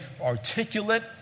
articulate